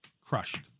crushed